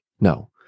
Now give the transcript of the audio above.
no